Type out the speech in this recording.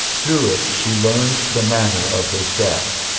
through it she learned the manner of his death.